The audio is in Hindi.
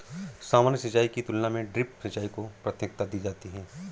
सामान्य सिंचाई की तुलना में ड्रिप सिंचाई को प्राथमिकता दी जाती है